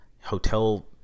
hotel